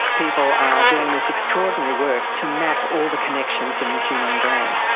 people are doing this extraordinary work to map all the connections in the human brain.